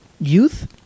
youth